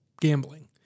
gambling